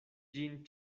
ĝin